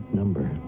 number